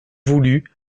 voulut